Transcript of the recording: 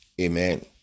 Amen